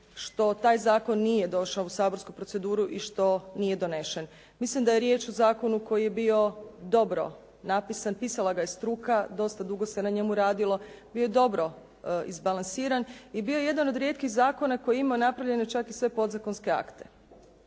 što taj zakon nije došao u saborsku proceduru i što nije donesen. Mislim da je riječ o zakonu koji je bio dobro napisan. Pisala ga je struka. Dosta dugo se na njemu radilo. Bio je dobro izbalansiran i bio je jedan od rijetkih zakona koji je imao napravljene čak i sve podzakonske akte.